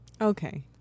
Okay